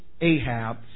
Ahab